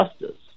justice